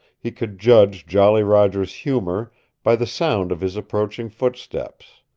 he could judge jolly roger's humor by the sound of his approaching footsteps.